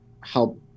help